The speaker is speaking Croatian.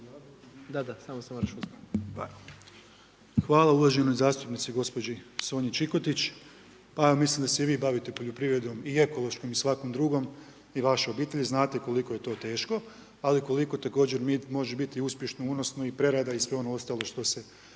Hvala uvaženoj zastupnici gospođi Sonji Čikotić. Pa ja mislim da se i vi bavite poljoprivredom i ekološkom i svakom drugom i vaša obitelj. Znate koliko je to teško, ali koliko također može biti uspješno, unosno i prerada i sve ono ostalo što se